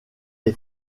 est